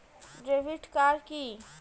Debit card key?